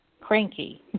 cranky